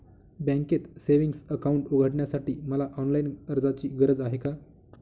बँकेत savings account उघडण्यासाठी मला ऑनलाईन अर्जाची गरज आहे का?